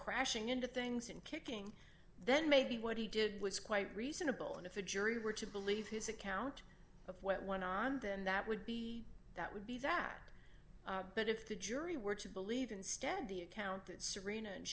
crashing into things and kicking then maybe what he did was quite reasonable and if the jury were to believe his account of what went on then that would be that would be sacked but if the jury were to believe instead the account that serino and